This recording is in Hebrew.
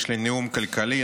יש לי נאום כלכלי,